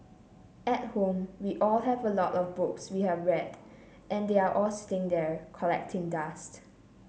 at home we all have a lot of books we have read and they are all sitting there collecting dust